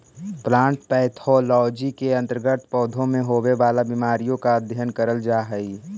plant pathology के अंतर्गत पौधों में होवे वाला बीमारियों का अध्ययन करल जा हई